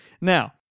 Now